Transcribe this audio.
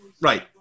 right